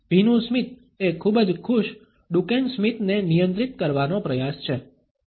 ભીનું સ્મિત એ ખૂબ જ ખુશ ડુકેન સ્મિત ને નિયંત્રિત કરવાનો પ્રયાસ છે